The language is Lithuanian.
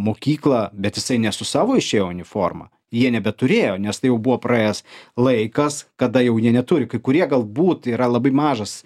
mokyklą bet jisai ne su savo išėjo uniforma jie nebeturėjo nes tai jau buvo praėjęs laikas kada jau jie neturi kai kurie galbūt yra labai mažas